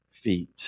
feet